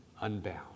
unbound